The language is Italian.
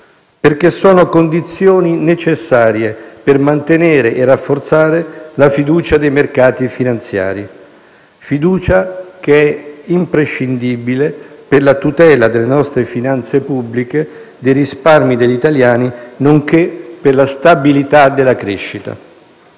perché sono condizioni necessarie per mantenere e rafforzare la fiducia dei mercati finanziari; fiducia che è imprescindibile per la tutela delle nostre finanze pubbliche, dei risparmi degli italiani, nonché per la stabilità della crescita.